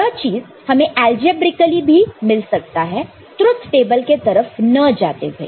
यह चीज हमें एलजेब्रिकली भी मिल सकता है ट्रुथ टेबल के तरफ न जाते हुए